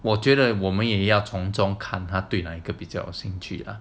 我觉得我们也要从中看他对哪一个比较兴趣啊